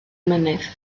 mynydd